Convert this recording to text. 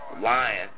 lying